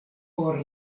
por